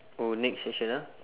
oh next question ah